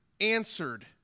answered